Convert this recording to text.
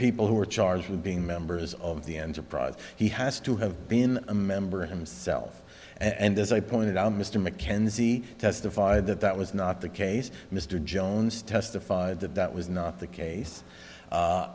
people who were charged with being members of the enterprise he has to have been a member himself and as i pointed out mr mckenzie testified that that was not the case mr jones testified that that was not the case